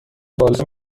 بالا